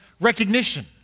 recognition